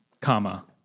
comma